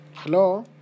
Hello